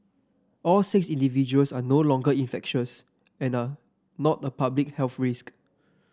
all six individuals are no longer infectious and are not a public health risk